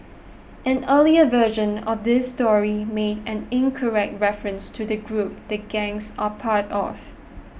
an earlier version of this story made an incorrect reference to the group the gangs are part of